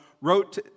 wrote